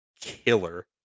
killer